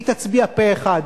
היא תצביע פה אחד,